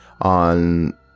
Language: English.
on